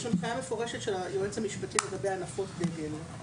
יש הנחייה מפורשת של היועץ המשפטי לגבי הנפות דגל.